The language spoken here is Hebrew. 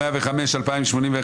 רוויזיה מס' 98,